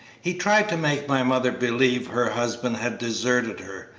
he tried to make my mother believe her husband had deserted her,